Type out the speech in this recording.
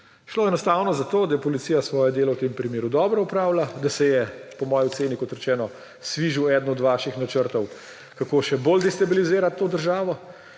Šlo je enostavno za to, da je policija svoje delo v tem primeru dobro opravila, da se je po moji oceni, kot rečeno, sfižil eden od vaših načrtov, kako še bolj destabilizirati to državo,